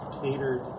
catered